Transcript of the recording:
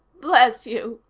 bless you,